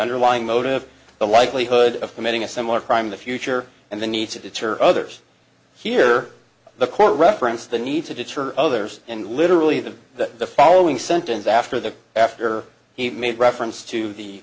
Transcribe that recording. underlying motive the likelihood of committing a similar crime in the future and the need to deter others here the court referenced the need to deter others and literally the that the following sentence after the after he made reference to the